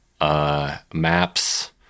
maps